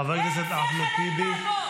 חבר הכנסת אחמד טיבי,